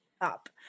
up